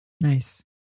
Nice